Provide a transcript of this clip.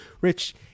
Rich